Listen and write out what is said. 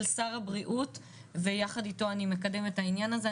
שר הבריאות ויחד איתו אני מקדמת את העניין הזה.